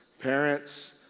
Parents